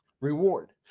reward